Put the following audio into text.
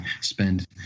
spend